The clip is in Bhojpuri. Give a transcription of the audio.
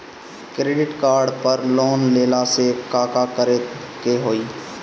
क्रेडिट कार्ड पर लोन लेला से का का करे क होइ?